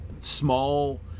small